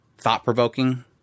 thought-provoking